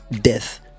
death